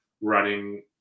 running